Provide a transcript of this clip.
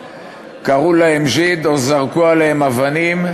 קראו להם "ז'יד" או זרקו עליהם אבנים,